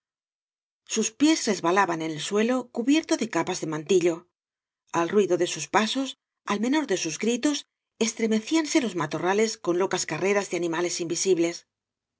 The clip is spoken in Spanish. sus pies resbalaban en el suelo cubierto de capas de mantillo al ruido de sus pasos al me ñor de sus gritos estremecíanse los matorrales con locas carreras de animales invisibles